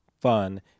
fun